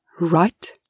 right